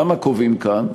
למה קובעים כאן?